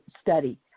Study